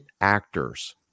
actors